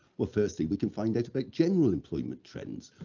well firstly we can find out about general employment trends,